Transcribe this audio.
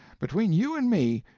between you and me,